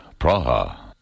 Praha